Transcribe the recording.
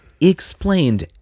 explained